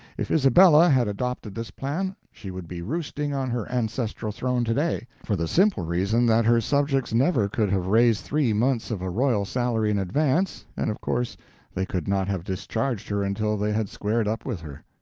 if isabella had adopted this plan, she would be roosting on her ancestral throne to-day, for the simple reason that her subjects never could have raised three months of a royal salary in advance, and of course they could not have discharged her until they had squared up with her.